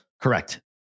correct